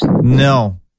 No